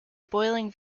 boiling